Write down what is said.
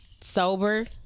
Sober